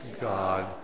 God